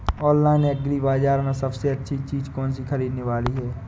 Online agri बाजार में सबसे अच्छी चीज कौन सी ख़रीदने वाली है?